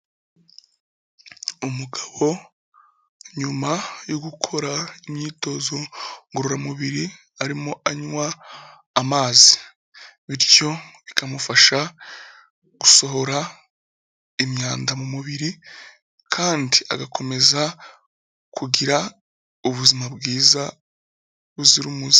Umugabo nyuma yo gukora imyitozo ngororamubiri arimo anywa amazi bityo bikamufasha gusohora imyanda mu mubiri kandi agakomeza kugira ubuzima bwiza buzira umuze.